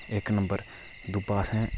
इक नंबर दूआ असें